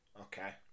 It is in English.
Okay